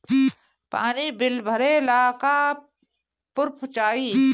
पानी बिल भरे ला का पुर्फ चाई?